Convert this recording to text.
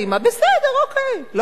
בסדר, אוקיי, לא קרה כלום.